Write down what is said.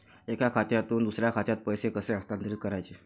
एका खात्यातून दुसऱ्या खात्यात पैसे कसे हस्तांतरित करायचे